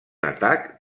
atac